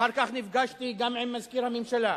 אחר כך נפגשתי גם עם מזכיר הממשלה.